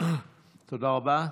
תודה רבה.